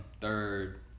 Third